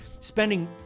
spending